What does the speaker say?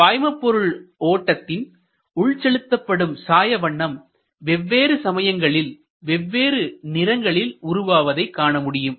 பாய்மபொருள் ஓட்டத்தில் செலுத்தப்படும் சாய வண்ணம் வெவ்வேறு சமயங்களில் வெவ்வேறு நிறங்களில் உருவாகுவதை காணமுடியும்